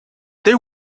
they